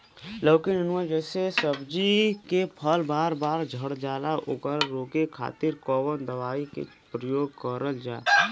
लौकी नेनुआ जैसे सब्जी के फूल बार बार झड़जाला ओकरा रोके खातीर कवन दवाई के प्रयोग करल जा?